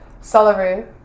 Celery